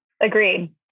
agreed